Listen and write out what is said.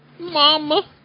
Mama